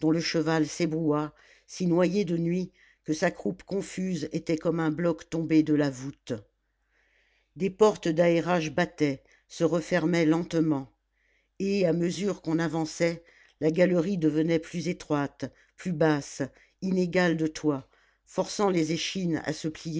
le cheval s'ébroua si noyé de nuit que sa croupe confuse était comme un bloc tombé de la voûte des portes d'aérage battaient se refermaient lentement et à mesure qu'on avançait la galerie devenait plus étroite plus basse inégale de toit forçant les échines à se